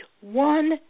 one